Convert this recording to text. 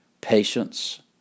patience